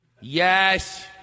Yes